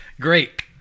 Great